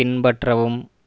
பின்பற்றவும்